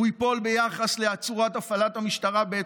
הוא ייפול ביחס לצורת הפעלת המשטרה בעת